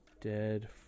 dead